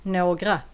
några